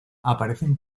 aparecen